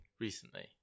recently